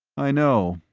i know.